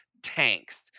tanks